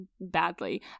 badly